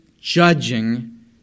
judging